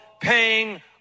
paying